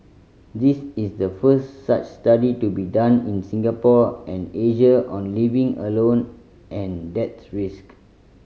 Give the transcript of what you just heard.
this is the first such study to be done in Singapore and Asia on living alone and death risk